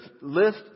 list